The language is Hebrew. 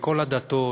מכל הדתות,